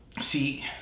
See